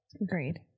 Agreed